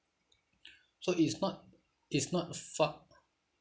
so it's not it's not fact~